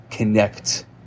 connect